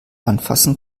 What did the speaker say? anfassen